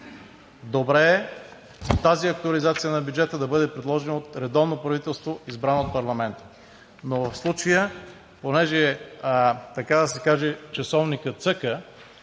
Добре е тази актуализация на бюджета да бъде предложена от редовно правителство, избрано от парламента, но в случая, тъй като, така да се каже, часовникът цъка,